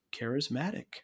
charismatic